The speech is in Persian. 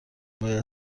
باید